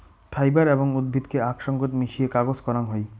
fibre এবং উদ্ভিদকে আক সঙ্গত মিশিয়ে কাগজ করাং হই